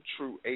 True